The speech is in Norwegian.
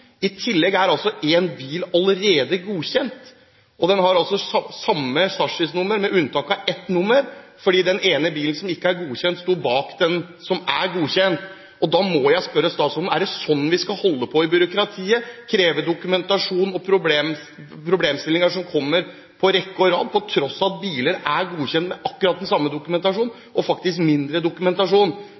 I tillegg er altså en bil allerede godkjent. Den har samme chassisnummer, med unntak av ett nummer, fordi den ene bilen som ikke er godkjent, sto bak den som er godkjent. Da må jeg spørre statsråden: Er det sånn vi skal holde på med byråkratiet – kreve dokumentasjon og få problemstillinger som kommer på rekke og rad – på tross av at biler er godkjent med akkurat den samme dokumentasjon, og faktisk med mindre dokumentasjon?